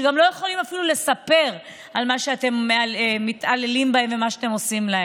שאפילו לא יכולים לספר על שאתם מתעללים בהם ועל מה שאתם עושים להם?